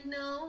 no